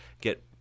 get